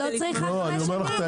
את לא צריכה חמש שנים.